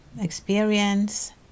experience